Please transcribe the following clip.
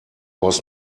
was